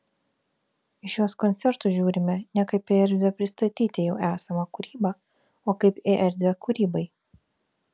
į šiuos koncertus žiūrime ne kaip į erdvę pristatyti jau esamą kūrybą o kaip į erdvę kūrybai